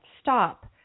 stop